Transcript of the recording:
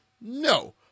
no